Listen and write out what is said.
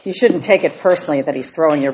you shouldn't take it personally that he's throwing your